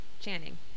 Channing